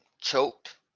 choked